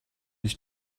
was